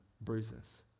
bruises